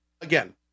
Again